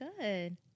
good